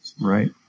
Right